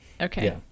Okay